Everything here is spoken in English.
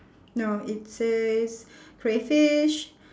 no it says crayfish